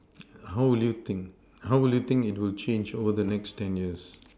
how will you think how will you think it will change over the next ten years